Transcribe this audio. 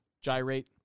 Gyrate